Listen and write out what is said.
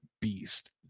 beast